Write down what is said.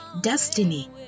destiny